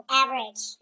average